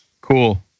Cool